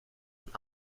een